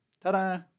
ta-da